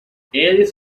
eles